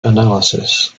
analysis